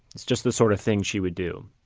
it's just the sort of thing she would do.